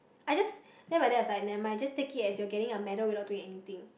I just then my dad was like never mind just take it as you are getting a medal without doing anything